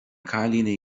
cailíní